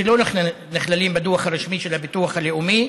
שלא נכללים בדוח הרשמי של הביטוח הלאומי,